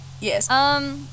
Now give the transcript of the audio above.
Yes